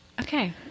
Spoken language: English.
okay